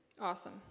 Awesome